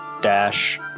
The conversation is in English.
dash